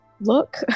look